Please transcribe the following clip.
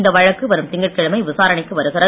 இந்த வழக்கு வரும் திங்கட்கிழமை விசாரணைக்கு வருகிறது